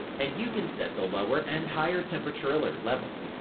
and you can set the lower and higher temperature alert levels.